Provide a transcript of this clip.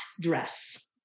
dress